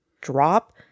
drop